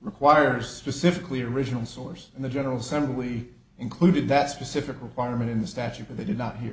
requires pacifically original source and the general assembly included that specific requirement in the statute but they do not he